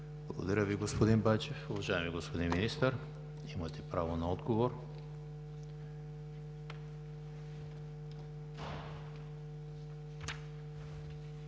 Благодаря Ви, господин Байчев. Уважаеми господин Министър, имате право на отговор.